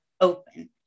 open